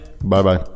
Bye-bye